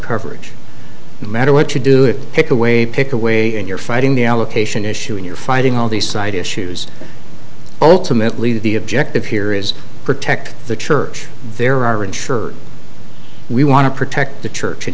coverage matter what you do it take away pick away and you're fighting the allocation issue and you're fighting all these side issues all to mentally the objective here is protect the church there aren't sure we want to protect the church